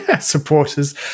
supporters